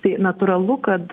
tai natūralu kad